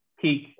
peak